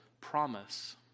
promise